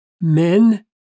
men